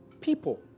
People